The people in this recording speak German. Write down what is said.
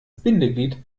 bindeglied